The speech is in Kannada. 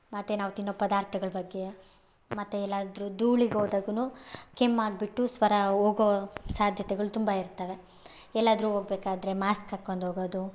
ಮತ್ತು ನಾವು ತಿನ್ನೋ ಪದಾರ್ಥಗಳ್ ಬಗ್ಗೆ ಮತ್ತು ಎಲ್ಲಾದರೂ ಧೂಳಿಗ್ ಹೋದಾಗೂ ಕೆಮ್ಮು ಆಗಿಬಿಟ್ಟು ಸ್ವರ ಹೋಗೋ ಸಾಧ್ಯತೆಗಳ್ ತುಂಬ ಇರ್ತಾವೆ ಎಲ್ಲಾದರೂ ಹೋಗ್ಬೇಕಾದ್ರೆ ಮಾಸ್ಕ್ ಹಾಕೊಂಡು ಹೋಗೋದು